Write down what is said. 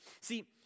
See